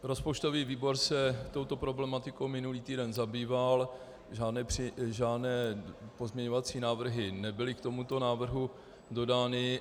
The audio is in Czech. Rozpočtový výbor se touto problematikou minulý týden zabýval, žádné pozměňovací návrhy nebyly k tomuto návrhu dodány.